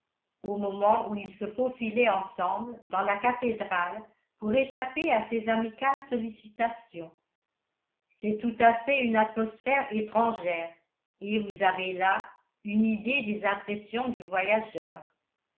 au moment où ils se faufilaient ensemble dans la cathédrale pour échapper à ces amicales sollicitations c'est tout à fait une atmosphère étrangère et vous avez là une idée des impressions du voyageur